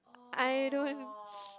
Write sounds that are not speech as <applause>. I don't <noise>